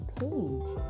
page